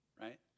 right